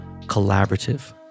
Collaborative